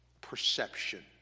perception